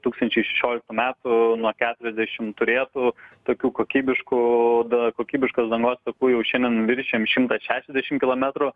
tūkstančiai šešioliktų metų nuo keturiasdešim turėtų tokių kokybiškų da kokybiškos dangos takų jau šiandien viršijam šimtą šešiasdešim kilometrų